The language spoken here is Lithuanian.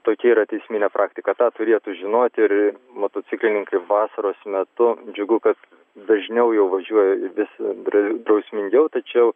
tokia yra teisminė praktika tą turėtų žinoti ir motociklininkai vasaros metu džiugu kad dažniau jau važiuoja vis dra drausmingiau tačiau